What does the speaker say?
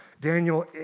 Daniel